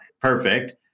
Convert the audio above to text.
perfect